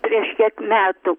prieš kiek metų